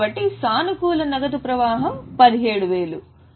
కాబట్టి సానుకూల నగదు ప్రవాహం 17000